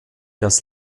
das